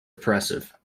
oppressive